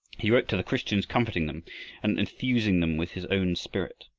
he wrote to the christians comforting them and enthusing them with his own spirit.